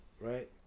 right